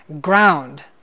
ground